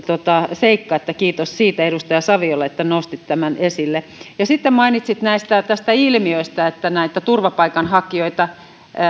seikka eli kiitos siitä edustaja saviolle että nostit tämän esille sitten mainitsit tästä ilmiöistä näistä turvapaikanhakijoista